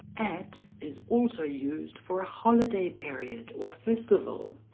at is also used for a holiday period or festival.